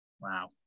Wow